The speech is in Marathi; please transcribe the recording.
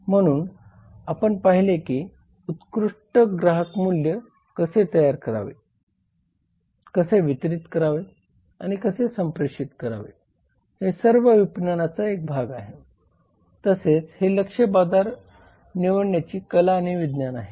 म्हणून आपण पाहिले की उत्कृष्ट ग्राहक मूल्य कसे तयार करावे कसे वितरित करावे आणि कसे संप्रेषित करावे हे सर्व विपणनाचा एक भाग आहे तसेच हे लक्ष्य बाजार निवडण्याची कला आणि विज्ञान आहे